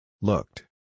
Looked